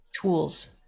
tools